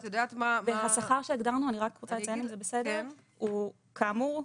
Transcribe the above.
ואני רק רוצה לציין שכאמור,